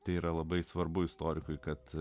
tai yra labai svarbu istorikui kad